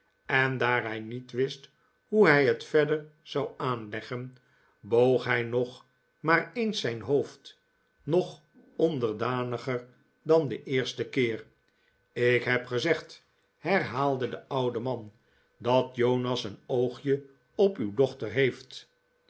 en daar hij niet wist hoe hij het verder zou aanleggen boog hij nog maar eens zijn hoofd nog onderdaniger dan den eersten keer ik heb gezegd herhaalde de oude man dat jonas een oogje op uw dochter heeft